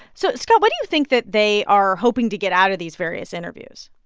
so, scott, what do you think that they are hoping to get out of these various interviews?